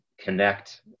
connect